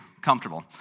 comfortable